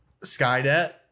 Skynet